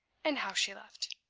and how she left.